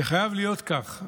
זה חייב להיות כך,